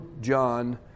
John